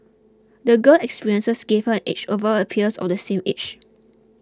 the girl's experiences gave her an edge over her peers of the same age